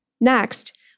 Next